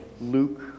Luke